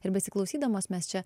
ir besiklausydamos mes čia